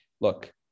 Look